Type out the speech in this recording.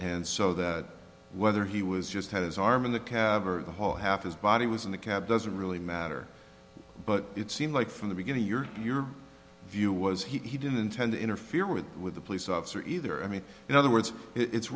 and so that whether he was just had his arm in the cab or the whole half his body was in the cab doesn't really matter but it seemed like from the beginning your your view was he didn't intend to interfere with with the police officer either i mean in other words it's